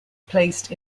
placed